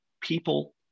people